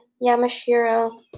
Yamashiro